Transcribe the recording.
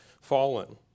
fallen